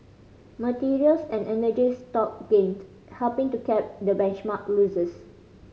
materials and energy stock gained helping to cap the benchmark's losses